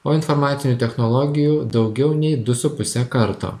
o informacinių technologijų daugiau nei du su puse karto